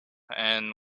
and